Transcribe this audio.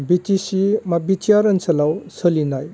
BTC बा BTR ओनसोलाव सोलिनाय